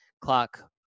clock